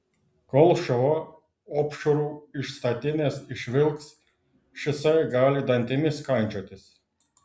kol šuva opšrų iš statinės išvilks šisai gali dantimis kandžiotis